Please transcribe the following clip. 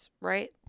right